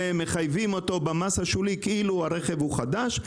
מחייבים אותו במס השולי כאילו הרכב הוא חדש.